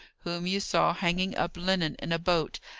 whom you saw hanging up linen in a boat,